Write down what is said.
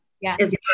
Yes